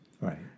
Right